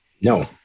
No